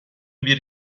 bir